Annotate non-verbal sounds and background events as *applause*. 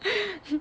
*laughs*